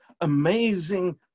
amazing